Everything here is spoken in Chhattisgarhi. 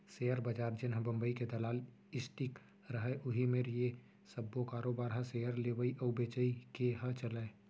सेयर बजार जेनहा बंबई के दलाल स्टीक रहय उही मेर ये सब्बो कारोबार ह सेयर लेवई अउ बेचई के ह चलय